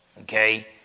Okay